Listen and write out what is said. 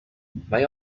may